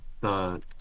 The-